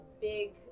big